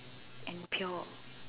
and pure